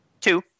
Two